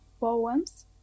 poems